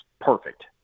perfect